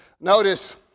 Notice